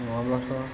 नङाब्लाथ'